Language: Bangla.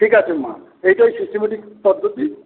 ঠিক আছে মা এটাই সিস্টমেটিক পদ্ধতি